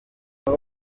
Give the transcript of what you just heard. iyo